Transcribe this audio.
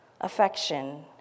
affection